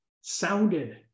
sounded